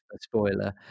spoiler